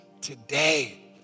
today